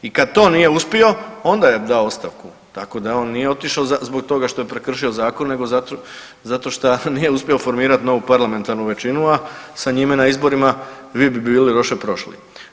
I kad to nije uspio onda je dao ostavku, tako da on nije otišao zbog toga što je prekršio Zakon, nego zato što nije uspio formirati novu parlamentarnu većinu, a sa njime na izborima vi bi bili loše prošli.